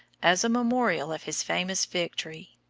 as a memorial of his famous victory.